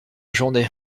journée